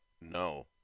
no